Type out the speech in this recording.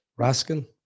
Raskin